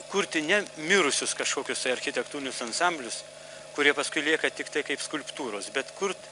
kurti ne mirusius kažkokius architektūrinius ansamblius kurie paskui lieka tiktai kaip skulptūros bet kurt